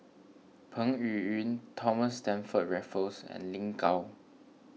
Peng Yuyun Thomas Stamford Raffles and Lin Gao